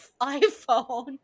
iPhone